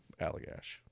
Allagash